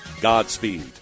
Godspeed